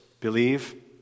believe